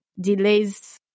delays